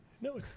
No